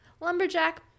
lumberjack